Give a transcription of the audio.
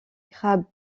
crabe